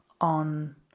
on